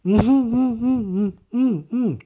嗯嗯嗯嗯嗯嗯